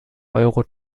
euro